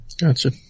Gotcha